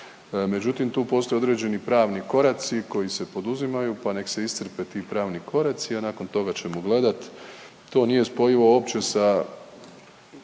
Međutim tu postoje određeni pravni koraci koji se poduzimaju, pa nek se iscrpe ti pravni koraci, a nakon toga ćemo gledat. To nije spojivo uopće sa